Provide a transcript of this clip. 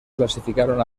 clasificaron